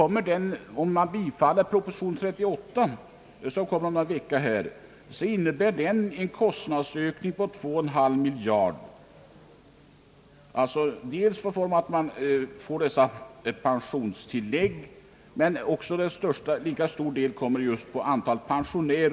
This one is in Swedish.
Men proposition 38, som skall behandlas om någon vecka, innebär en kostnadsökning på 2,5 miljarder kronor, dels för pensionstillskotten, dels på grund av ökningen av antalet pensionärer.